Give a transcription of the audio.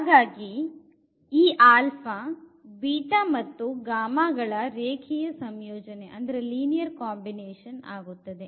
ಹಾಗಾಗಿ ಈ ಗಳ ರ ರೇಖೀಯ ಸಂಯೋಜನೆ ಆಗುತ್ತದೆ